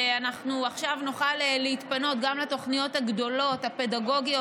ואנחנו עכשיו נוכל להתפנות גם לתוכנית הגדולות הפדגוגיות,